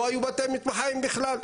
לא היו בתי מטבחיים בכלל.